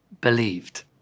believed